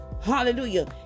Hallelujah